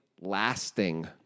lasting